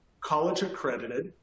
college-accredited